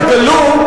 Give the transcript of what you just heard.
התגלו,